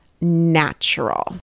natural